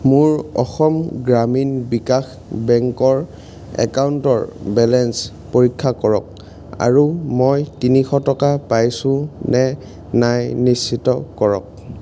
মোৰ অসম গ্ৰামীণ বিকাশ বেংকৰ একাউণ্টৰ বেলেঞ্চ পৰীক্ষা কৰক আৰু মই তিনিশ টকা পাইছোঁ নে নাই নিশ্চিত কৰক